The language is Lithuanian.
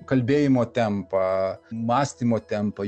kalbėjimo tempą mąstymo tempą